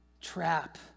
trap